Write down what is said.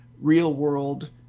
real-world